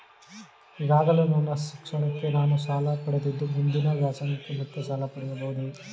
ಈಗಾಗಲೇ ನನ್ನ ಶಿಕ್ಷಣಕ್ಕೆ ನಾನು ಸಾಲ ಪಡೆದಿದ್ದು ಮುಂದಿನ ವ್ಯಾಸಂಗಕ್ಕೆ ಮತ್ತೆ ಸಾಲ ಪಡೆಯಬಹುದೇ?